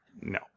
No